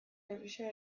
grisa